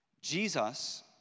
Jesus